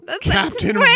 Captain